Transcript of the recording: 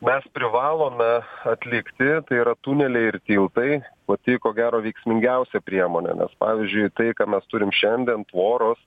mes privalome atlikti tai yra tuneliai ir tiltai pati ko gero veiksmingiausia priemonė nes pavyzdžiui tai ką mes turim šiandien tvoros